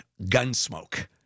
Gunsmoke